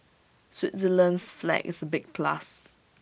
Switzerland's flag is A big plus